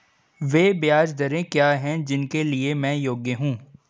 वे ब्याज दरें क्या हैं जिनके लिए मैं योग्य हूँ?